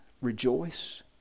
rejoice